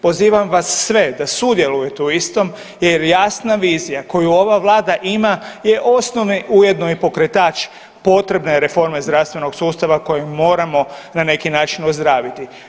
Pozivam vas sve da sudjelujete u istom jer jasna vizija koju ova vlada ima je osnovni ujedno i pokretač potrebne reforme zdravstvenog sustava kojeg moramo na neki način ozdraviti.